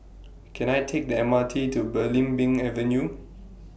Can I Take The M R T to Belimbing Avenue